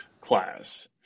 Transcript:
class